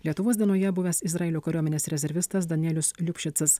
lietuvos dienoje buvęs izraelio kariuomenės rezervistas danielius liupšicas